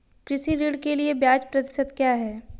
कृषि ऋण के लिए ब्याज प्रतिशत क्या है?